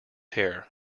hair